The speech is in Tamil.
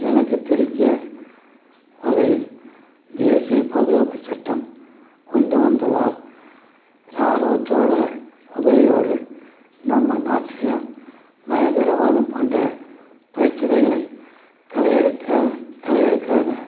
எனக்கு தெரிஞ்ச வகையில் தேசிய பாதுகாப்புச் சட்டம் கொண்டு வந்ததால் ராணுவத்தோடய உதவியோடு நம்ம நாட்டிலையும் பயங்கரவாதம் போன்ற பிரச்சினைகளை களை எடுக்க களை எடுக்கிறாங்க